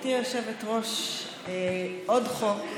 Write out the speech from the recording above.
גברתי היושבת-ראש, עוד חוק,